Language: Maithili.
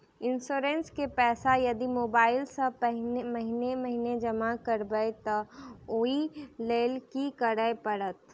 इंश्योरेंस केँ पैसा यदि मोबाइल सँ महीने महीने जमा करबैई तऽ ओई लैल की करऽ परतै?